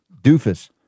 Doofus